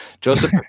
Joseph